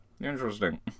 Interesting